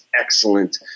excellent